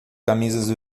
camisas